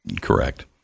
Correct